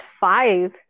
five